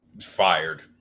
Fired